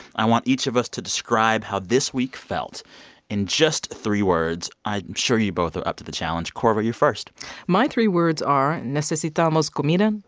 i want each of us to describe how this week felt in just three words. i'm sure you both are up to the challenge. korva, you first my three words are necesitamos comida,